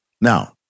Now